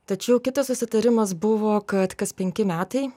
tačiau kitas susitarimas buvo kad kas penki metai